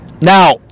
Now